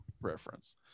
reference